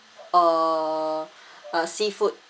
uh uh seafood